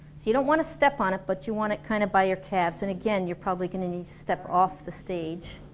you don't wanna step on it, but you want it kind of by your calves and again, you're probably gonna need to step off the stage